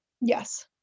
Yes